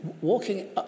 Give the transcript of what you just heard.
walking